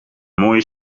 mooie